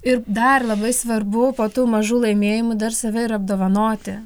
ir dar labai svarbu po tų mažų laimėjimų dar save ir apdovanoti